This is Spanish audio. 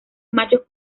machos